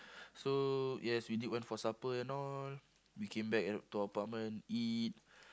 so yes we did went for supper and all we came back at to our apartment eat